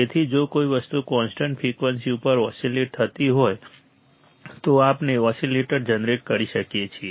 તેથી જો કોઈ વસ્તુ કોન્સ્ટન્ટ ફ્રિકવન્સી ઉપર ઓસીલેટ થતી હોય તો આપણે ઓસીલેટર જનરેટ કરી શકીએ છીએ